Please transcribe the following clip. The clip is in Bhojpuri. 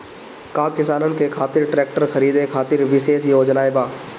का किसानन के खातिर ट्रैक्टर खरीदे खातिर विशेष योजनाएं बा?